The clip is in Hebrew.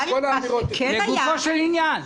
לגופו של עניין.